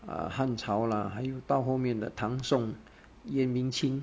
err 汉朝 lah 还有到后面的唐宋元明清